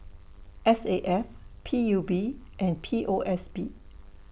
S A F P U B and P O S B